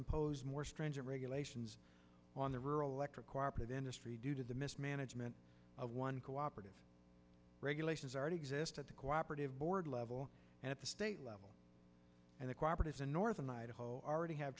impose more stringent regulations on the rural electric cooperate industry due to the mismanagement of one cooperative regulations already exist at the cooperative board level at the state level and the cooperatives in northern idaho already have